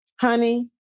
honey